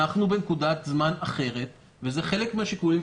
אנחנו בנקודת זמן אחרת וזה חלק מן השיקולים,